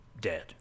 dead